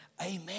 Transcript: Amen